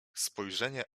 spojrzenie